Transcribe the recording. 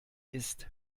ist